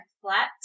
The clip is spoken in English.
flat